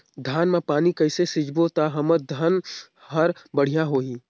धान मा पानी कइसे सिंचबो ता हमर धन हर बढ़िया होही?